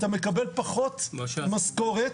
אתה מקבל פחות משכורת,